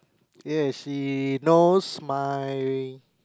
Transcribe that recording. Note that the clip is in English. ya she knows my